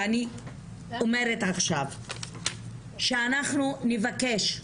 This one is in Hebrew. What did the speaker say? ואני אומרת עכשיו שאנחנו נבקש,